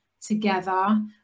together